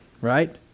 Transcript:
right